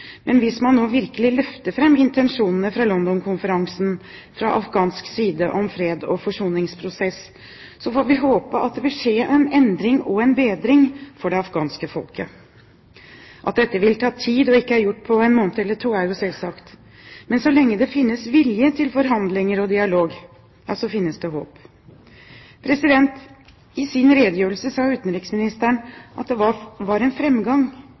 men hvis man nå virkelig løfter fram intensjonene fra London-konferansen fra afghansk side om en freds- og forsoningsprosess, får vi håpe at det vil skje en endring og en bedring for det afghanske folket. At dette vil ta tid og ikke er gjort på en måned eller to, er selvsagt, men så lenge det finnes vilje til forhandlinger og dialog, så finnes det håp. I sin redegjørelse sa utenriksministeren at det var en